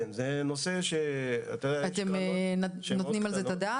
אתם נותנים על זה את הדעת?